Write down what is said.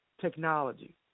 technology